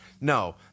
No